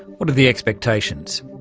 what are the expectations?